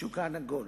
שולחן עגול.